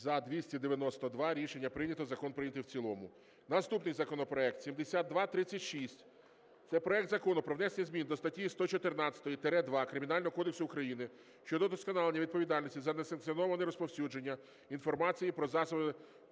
За-292 Рішення прийнято. Закон прийнятий в цілому. Наступний законопроект 7236. Це проект Закону про внесення змін до статті 114-2 Кримінального кодексу України щодо удосконалення відповідальності за несанкціоноване розповсюдженню інформації про засоби